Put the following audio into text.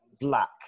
Black